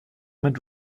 mit